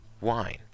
wine